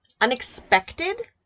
unexpected